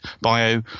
bio